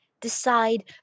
decide